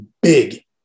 big